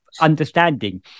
understanding